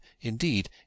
indeed